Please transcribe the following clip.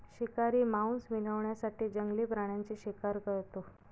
शिकारी मांस मिळवण्यासाठी जंगली प्राण्यांची शिकार करतो